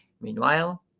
meanwhile